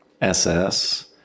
SS